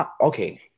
Okay